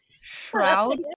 shroud